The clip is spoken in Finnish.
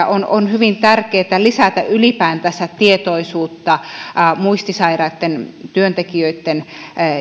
on on hyvin tärkeätä lisätä ylipäätänsä tietoisuutta muistisairaitten työntekijöitten